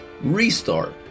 restart